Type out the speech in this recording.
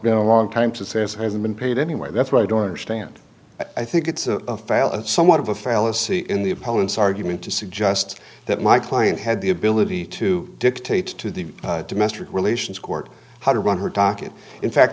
been a long time to say this hasn't been paid anyway that's why i don't understand i think it's a somewhat of a fallacy in the opponents argument to suggest that my client had the ability to dictate to the domestic relations court how to run her docket in fact